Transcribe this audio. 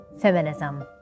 feminism